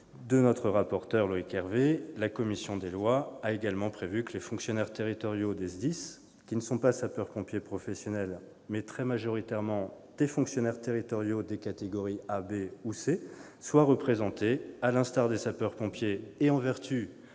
de son rapporteur, Loïc Hervé, la commission des lois a également prévu que les fonctionnaires territoriaux des SDIS qui ne sont pas sapeurs-pompiers professionnels, mais sont très majoritairement des fonctionnaires territoriaux des catégories A, B et C, soient représentés, à l'instar des sapeurs-pompiers et en vertu